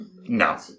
No